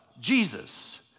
Jesus